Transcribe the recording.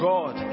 God